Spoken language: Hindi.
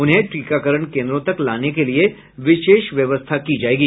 उन्हें टीकाकरण केन्द्रों तक लाने के लिए विशेष व्यवस्था की जायेगी